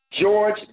George